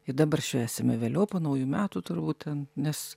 i dabar švęsime vėliau po naujų metų turbūt ten nes